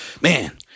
man